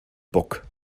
bock